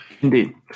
Indeed